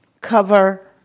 cover